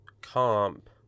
Comp